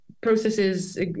processes